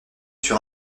sur